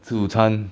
吃午餐